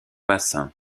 bassin